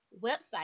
website